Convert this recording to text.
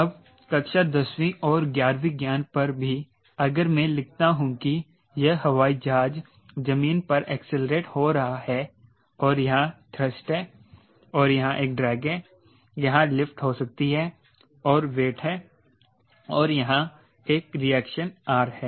अब कक्षा दसवीं और ग्यारहवी ज्ञान पर भी अगर मैं लिखता हूं कि यह हवाई जहाज जमीन पर एक्सेलेरेट हो रहा है और यहां थ्रस्ट है और यहां एक ड्रैग है यहां लिफ्ट हो सकती है और वेट है और यहां एक रिएक्शन R है